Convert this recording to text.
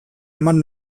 eman